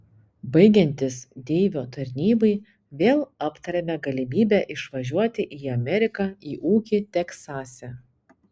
baigiantis deivio tarnybai vėl aptarėme galimybę išvažiuoti į ameriką į ūkį teksase